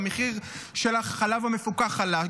המחיר של החלב המפוקח עלה.